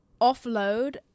offload